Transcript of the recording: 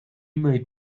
made